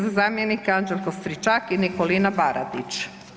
Za zamjenika Anđelko Stričak i Nikolina Baradić.